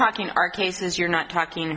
talking our cases you're not talking